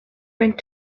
went